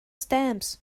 stamps